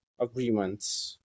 agreements